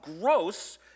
gross